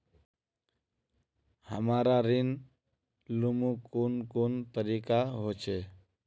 हमरा ऋण लुमू कुन कुन तरीका होचे?